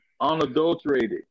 unadulterated